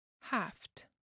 haft